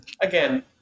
again